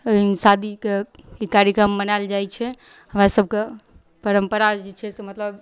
शादीके ई कार्यक्रम मनाएल जाइ छै हमरासबके परम्परा जे छै से मतलब